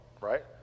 right